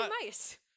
mice